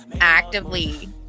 actively